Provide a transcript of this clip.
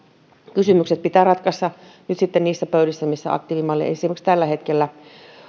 kysymykset pitää ratkaista nyt sitten niissä pöydissä missä aktiivimalli esimerkiksi tällä hetkellä